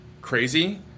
crazy